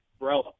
umbrella